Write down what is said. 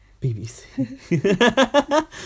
BBC